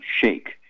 Shake